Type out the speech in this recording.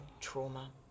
trauma